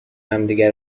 همدیگه